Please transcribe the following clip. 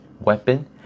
weapon